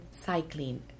cycling